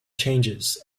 changes